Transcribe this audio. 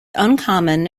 uncommon